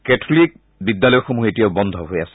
Catholic বিদ্যালয়সমূহ এতিয়াও বন্ধ হৈ আছে